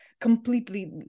completely